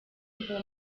kuva